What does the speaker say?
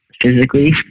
physically